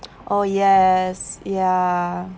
oh yes ya